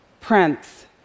Prince